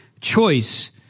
choice